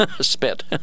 spit